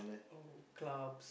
old clubs